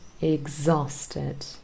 exhausted